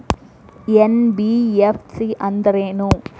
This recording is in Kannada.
ಎನ್.ಬಿ.ಎಫ್.ಸಿ ಅಂದ್ರೇನು?